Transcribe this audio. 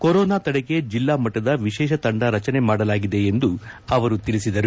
corona ತಡೆಗೆ ಜಿಲ್ಲಾ ಮಣ್ಟದ ವಿಶೇಷ ತಂಡ ರಚನೆ ಮಾಡಲಾಗಿದೆ ಎಂದು ಅವರು ತಿಳಿಸಿದರು